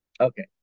Okay